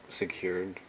secured